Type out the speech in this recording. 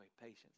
patience